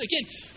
Again